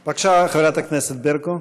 בבקשה, חברת הכנסת ברקו.